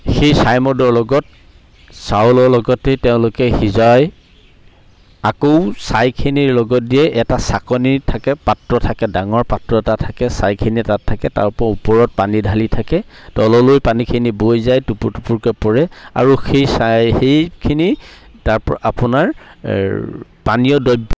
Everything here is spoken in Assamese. সেই ছাই মদৰ লগত চাউলৰ লগতে তেওঁলোকে সিজাই আকৌ ছাইখিনিৰ লগত দিয়ে এটা চাকনি থাকে পাত্ৰ থাকে ডাঙৰ পাত্ৰ এটা থাকে ছাইখিনি তাত থাকে তাৰপৰা ওপৰত পানী ঢালি থাকে তললৈ পানীখিনি বৈ যায় টুপুৰ টুপুৰকৈ পৰে আৰু সেই ছাই সেইখিনি তাৰপৰা আপোনাৰ পানীয় দ্ৰব্য